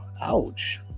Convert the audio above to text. ouch